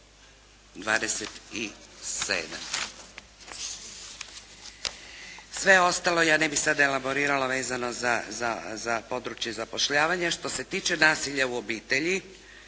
27. Sve ostalo ja ne bih sada elaborirala vezano za područje za zapošljavanje. Što se tiče nasilja u obitelji.